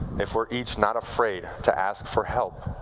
if we're each not afraid to ask for help,